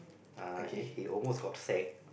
uh he almost got sack